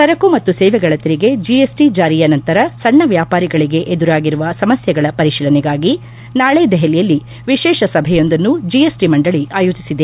ಸರಕು ಮತ್ತು ಸೇವೆಗಳ ತೆರಿಗೆ ಜಿಎಸ್ಟಿ ಜಾರಿಯ ನಂತರ ಸಣ್ಣ ವ್ಯಾಪಾರಿಗಳಿಗೆ ಎದುರಾಗಿರುವ ಸಮಸ್ಕೆಗಳ ಪರಿಶೀಲನೆಗಾಗಿ ನಾಳೆ ದೆಹಲಿಯಲ್ಲಿ ವಿಶೇಷ ಸಭೆಯೊಂದನ್ನು ಜಿಎಸ್ಟಿ ಮಂಡಳಿ ಆಯೋಜಿಸಿದೆ